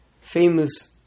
famous